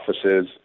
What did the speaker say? offices